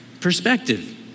Perspective